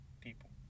people